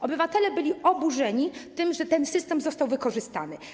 Obywatele byli oburzeni tym, że ten system został wykorzystany.